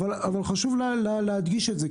אבל חשוב להדגיש את זה,